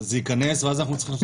זה ייכנס ואז אנחנו נצטרך לעשות דיון?